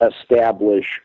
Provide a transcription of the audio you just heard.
establish